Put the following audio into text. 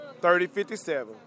3057